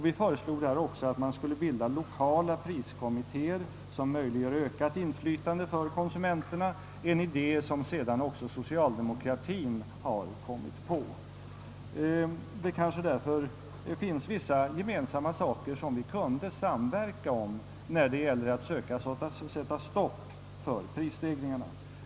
Vi föreslog också, att man skulle bilda lokala priskommittéer som skulle möjliggöra ökat inflytande för konsumenterna — en idé som sedan också socialdemokraterna har fört fram. Det kanske därför finns vissa områden där vi kunde samverka när det gäller att försöka sätta stopp för prisstegringarna.